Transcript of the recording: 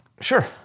Sure